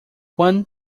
one